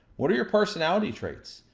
what are your personality traits?